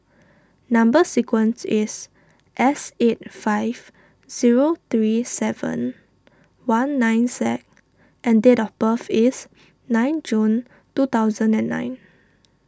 Number Sequence is S eight five zero three seven one nine Z and date of birth is nine June two thousand and nine